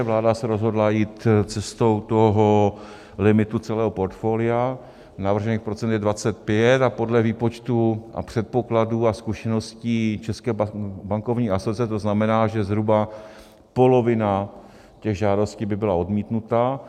Vláda se rozhodla jít cestou toho limitu celého portfolia, navržených procent je 25 a podle výpočtů a předpokladů a zkušeností České bankovní asociace to znamená, že zhruba polovina těch žádostí by byla odmítnuta.